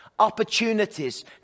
opportunities